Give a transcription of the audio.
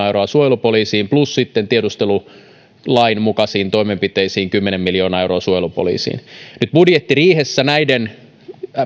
euroa suojelupoliisiin plus sitten tiedustelulain mukaisiin toimenpiteisiin kymmenen miljoonaa euroa suojelupoliisiin nyt budjettiriihessä näiden